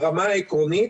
ברמה העקרונית,